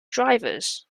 drivers